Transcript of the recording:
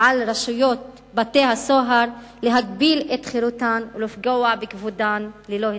על הרשויות של בית-הסוהר להגביל את חירותן ולפגוע בכבודן ללא התנגדות.